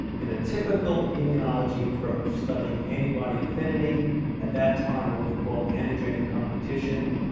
in a typical immunology approach, studying antibody affinity at that time what we called antigenic competition,